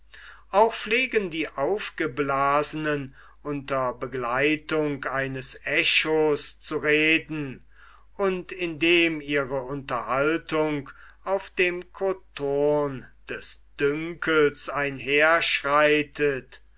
auch pflegen die aufgeblasenen unter begleitung eines echos zu reden und indem ihre unterhaltung auf dem kothurn des dünkels